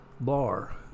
bar